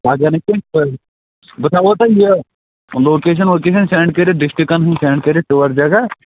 پگاہ نہٕ کیٚنٛہہ کٲلۍکٮ۪تھ بہٕ تھاہو تۅہہِ یہِ لوکیٚشن وۄکیٚشن سینٛڈ کٔرِتھ ڈِسٹرکن ہُنٛد سینٛڈ کٔرِتھ ٹیٛوٗر جگہ